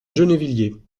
gennevilliers